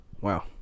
Wow